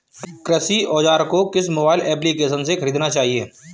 कृषि औज़ार को किस मोबाइल एप्पलीकेशन से ख़रीदना चाहिए?